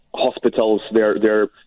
Hospitals—they're—they're